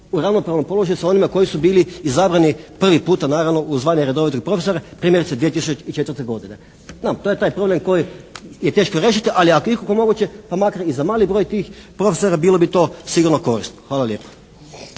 u ravnopravnom položaju sa onim koji su bili izabrani prvi puta naravno u zvanje redovitog profesora primjerice 2004. godine. Znam, to je taj problem koji je teško riješiti, ali ako je ikako moguće pa makar i za mali broj tih profesora bilo bi to sigurno korisno. Hvala lijepa.